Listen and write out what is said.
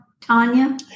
Tanya